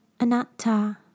Anatta